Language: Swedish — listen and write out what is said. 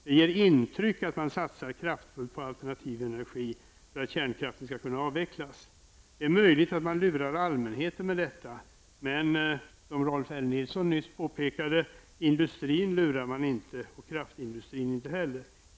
Den ger intryck av att man satsar kraftfullt på alternativ energi för att kärnkraften skall kunna avvecklas. Det är möjligt att man lurar allmänheten med detta. Men, som Rolf L Nilson nyss påpekade, industrin lurar man inte och kraftindustrin inte heller.